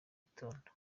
gitondo